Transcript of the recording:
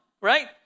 right